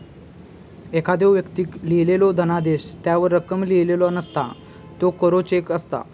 एखाद्दो व्यक्तीक लिहिलेलो धनादेश त्यावर रक्कम लिहिलेला नसता, त्यो कोरो चेक असता